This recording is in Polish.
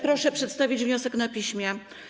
Proszę przedstawić wniosek na piśmie.